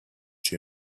too